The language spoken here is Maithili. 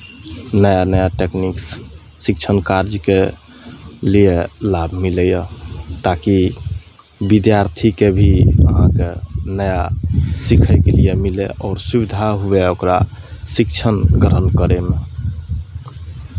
नया नया टेकनीकसँ शिक्षण कार्यके लिए लाभ मिलैए ताकि विद्यार्थीकेँ भी अहाँके नया सीखयके लिए मिलय आओर सुविधा हुए ओकरा शिक्षण ग्रहण करयमे